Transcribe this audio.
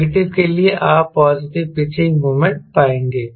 negative के लिए आप पॉजिटिव पिचिंग मोमेंट पाएंगे